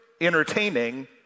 entertaining